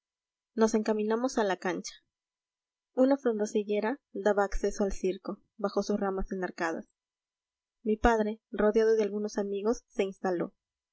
nos encaminamos a la cancha una frondosa higuera daba acceso al circo bajo sus ramas enarcadas mi padre rodeado de algunos amigos se instaló